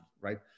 right